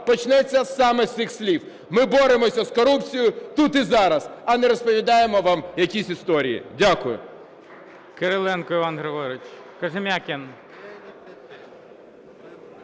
почнеться саме з цих слів: "Ми боремося з корупцією тут і зараз, а не розповідаємо вам якісь історії". Дякую.